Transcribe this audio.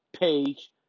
page